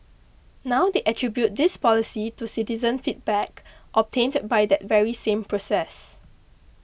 now they attribute this policy to citizen feedback obtained by that very same process